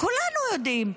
כולנו יודעים.